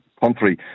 country